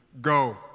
go